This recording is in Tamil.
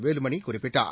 வேலுமணி குறிப்பிட்டார்